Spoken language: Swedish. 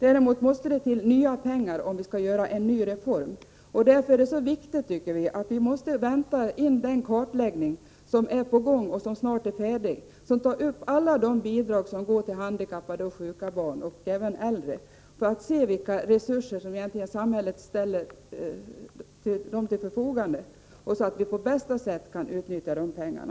Det måste till nya pengar om vi skall införa en ny reform. Därför är det viktigt att vi väntar in den kartläggning av de handikappades ekonomiska situation som är på gång och som snart är färdig. Den kartläggningen tar upp alla de bidrag som går till handikappade och sjuka barn — och även till äldre — för att få en överblick över de resurser som samhället ställer till förfogande. Vi vill på bästa sätt utnyttja dessa pengar.